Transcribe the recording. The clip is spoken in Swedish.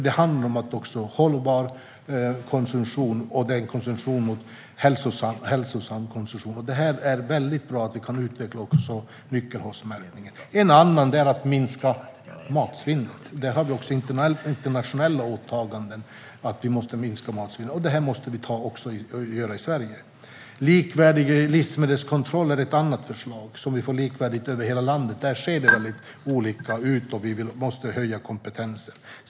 Det handlar om hållbar och hälsosam konsumtion, och det är mycket bra att vi kan utveckla nyckelhålsmärkningen. En annan sak är att minska matsvinnet. Där har vi internationella åtaganden, och det här måste vi också göra i Sverige. Likvärdiga livsmedelskontroller så att vi får likvärdighet över hela landet är ett annat förslag. Det ser väldigt olika ut i dag, och vi måste höja kompetensen när det gäller detta.